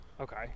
okay